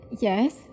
Yes